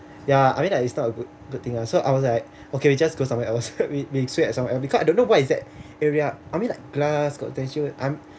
ya I mean like it's not a good good thing ah so I was like okay we just go somewhere else we we swim as somewhere else because I don't know what is that and I mean like glass got I'm